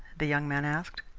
the young man asked.